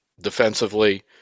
defensively